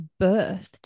birthed